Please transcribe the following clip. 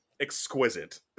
exquisite